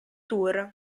tour